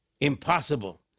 impossible